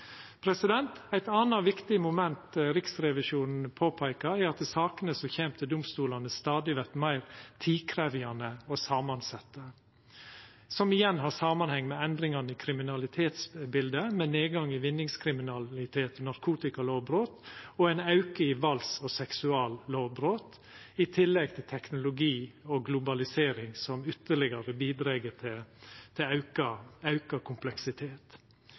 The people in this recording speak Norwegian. Eit anna viktig moment som Riksrevisjonen påpeikar, et at sakene som kjem til domstolane, stadig vert meir tidkrevjande og samansette, noko som igjen har samanheng med kriminalitetsbildet, med nedgang i vinningskriminalitet og narkotikalovbrot og ein auke i valds- og seksuallovbrot, i tillegg til teknologi og globalisering som ytterlegare bidreg til auka kompleksitet.